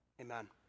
amen